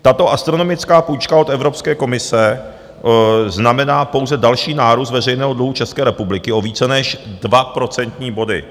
Tato astronomická půjčka od Evropské komise znamená pouze další nárůst veřejného dluhu České republiky o více než dva procentní body.